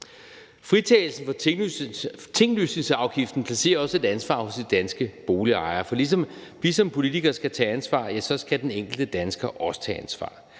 Fritagelsen for tinglysningsafgiften placerer også et ansvar hos de danske boligejere, for ligesom vi som politikere skal tage ansvar, ja, så skal den enkelte dansker også tage ansvar.